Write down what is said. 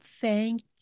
thank